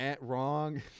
wrong